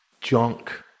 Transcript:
junk